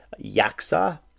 Yaksa